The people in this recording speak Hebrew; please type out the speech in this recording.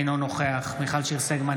אינו נוכח מיכל שיר סגמן,